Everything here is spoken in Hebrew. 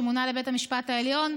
שמונה לבית המשפט העליון,